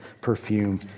perfume